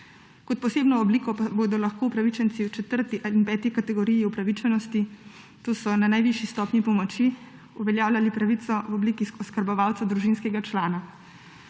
Kot posebno obliko pa bodo lahko upravičenci v 4. ali 5. kategoriji upravičenosti, to so na najvišji stopnji pomoči, uveljavljali pravico v obliki oskrbovalca družinskega člana.